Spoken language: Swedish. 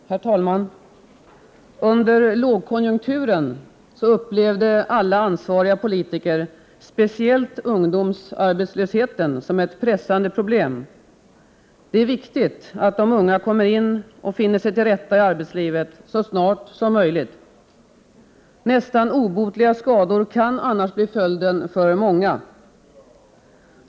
Herr talman! Under lågkonjunkturen upplevde alla ansvariga politiker speciellt ungdomsarbetslösheten som ett pressande problem. Det är viktigt att de unga kommer in och finner sig till rätta i arbetslivet så snart som möjligt. Nästan obotliga skador kan annars bli följden för många.